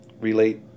relate